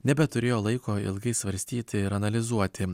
nebeturėjo laiko ilgai svarstyti ir analizuoti